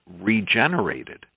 regenerated